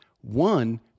One